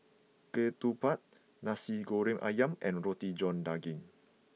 Ketupat Nasi Goreng Ayam and Roti John Daging